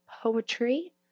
poetry